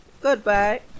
Goodbye